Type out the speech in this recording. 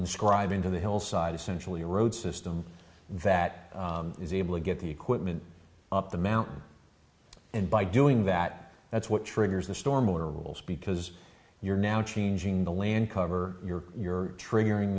inscribe into the hillside essentially a road system that is able to get the equipment up the mountain and by doing that that's what triggers the storm order rules because you're now changing the land cover your you're triggering